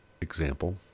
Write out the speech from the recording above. example